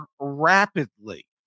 rapidly